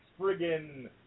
Friggin